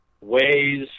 ways